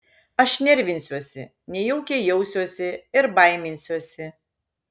aš nervinsiuosi nejaukiai jausiuosi ir baiminsiuosi